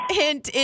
hint